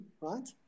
right